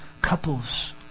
couples